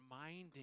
reminding